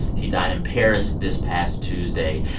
he died in paris this past tuesday.